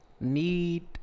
Need